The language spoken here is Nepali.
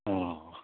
अँ